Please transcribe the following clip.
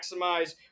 maximize